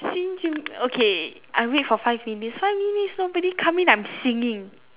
sing okay I wait for five minutes five minutes nobody come in I'm singing